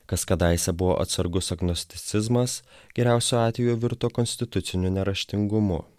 kas kadaise buvo atsargus agnosticizmas geriausiu atveju virto konstituciniu neraštingumu